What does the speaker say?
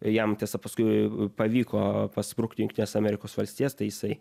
jam tiesa paskui pavyko pasprukti į jungtines amerikos valstijas tai jisai